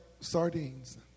sardines